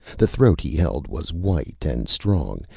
the throat he held was white and strong,